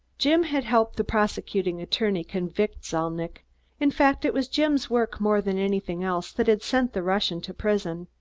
jim had helped the prosecuting attorney convict zalnitch in fact it was jim's work more than anything else that had sent the russian to prison.